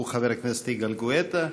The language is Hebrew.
חבר הכנסת יגאל גואטה.